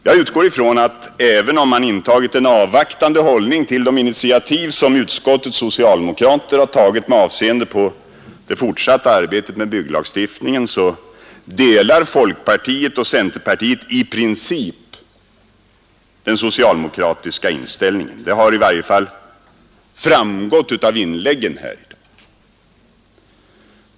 Jag utgår ifrån att man inom folkpartiet och centerpartiet, även om man intagit en avvaktande hållning till initiativen från utskottets socialdemokrater med avseende på det fortsatta arbetet med bygglagstiftningen, i princip delar den socialdemokratiska inställningen. Det har i varje fall framgått av inläggen i denna debatt.